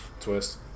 Twist